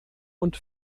und